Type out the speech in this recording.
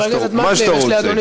מה שאתה רוצה.